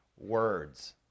words